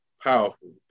Powerful